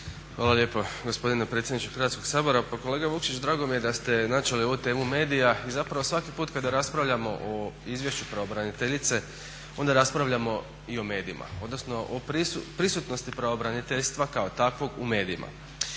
Hvala lijepa gospodine predsjedniče Hrvatskog sabora. Pa kolega Vukšić drago mi je da ste načeli ovu temu medija i zapravo svaki put kada raspravljamo o izvješću pravobraniteljice onda raspravljamo i o medijima odnosno o prisutnosti pravobraniteljstva kao takvog u medijima.